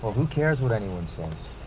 who cares what anyone says?